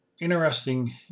interesting